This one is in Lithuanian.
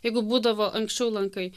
jeigu būdavo anksčiau lankai